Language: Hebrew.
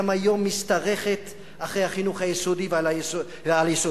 היום משתרכת אחרי החינוך היסודי והעל-יסודי.